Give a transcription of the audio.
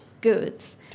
goods